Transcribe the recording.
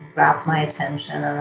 wrapped my attention. ah